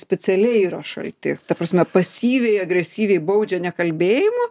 specialiai yra šalti ta prasme pasyviai agresyviai baudžia nekalbėjimu